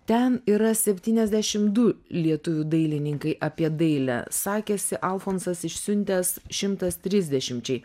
ten yra septyniasdešim du lietuvių dailininkai apie dailę sakėsi alfonsas išsiuntęs šimtas trisdešimčiai